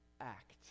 act